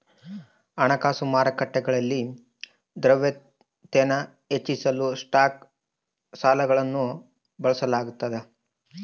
ಹಣಕಾಸು ಮಾರುಕಟ್ಟೆಗಳಲ್ಲಿ ದ್ರವ್ಯತೆನ ಹೆಚ್ಚಿಸಲು ಸ್ಟಾಕ್ ಸಾಲಗಳನ್ನು ಬಳಸಲಾಗ್ತದ